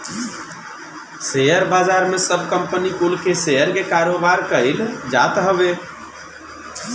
share बाजार में सब कंपनी कुल के शेयर के कारोबार कईल जात हवे